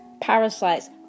Parasites